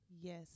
Yes